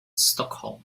stockholm